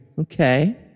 Okay